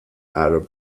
arab